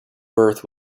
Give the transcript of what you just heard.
birth